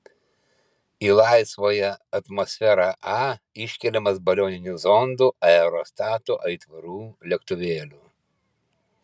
į laisvąją atmosferą a iškeliamas balioninių zondų aerostatų aitvarų lėktuvėlių